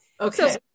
Okay